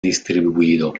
distribuido